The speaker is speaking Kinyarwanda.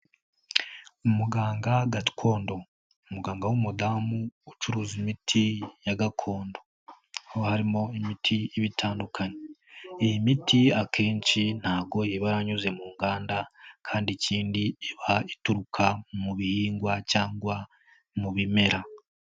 Umuganga gakondo. Umuganga w'umudamu ucuruza imiti ya gakondo, aho harimo imiti igiye itandukanye. Iyi miti akenshi ntabwo iba yanyuze mu nganda, kandi ikindi iba ituruka mu bihingwa cyangwa mu bimera.